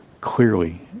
clearly